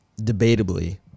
debatably